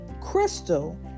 Crystal